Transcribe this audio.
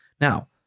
Now